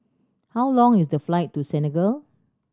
how long is the flight to Senegal